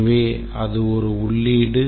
எனவே அது ஒரு உள்ளீடு